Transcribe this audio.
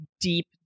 deep